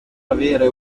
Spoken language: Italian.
avere